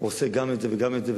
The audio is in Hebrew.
הוא עושה גם את זה וגם את זה,